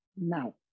now